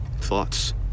thoughts